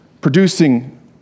producing